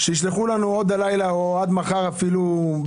שישלחו לנו עוד הלילה או עד מחר במהלך